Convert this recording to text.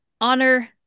honor